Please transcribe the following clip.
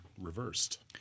reversed